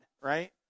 right